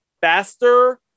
faster